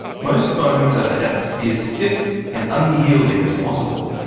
most bones are adapted to be as stiff and unyielding as possible.